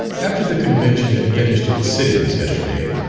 after the convention had finished its sittings yesterday,